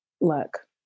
look